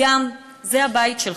ליאם, זה הבית שלך.